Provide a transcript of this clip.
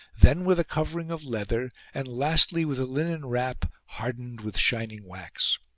then with a covering of leather, and lastly with a linen wrap hardened with shining wax.